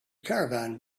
caravan